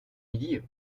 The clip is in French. millier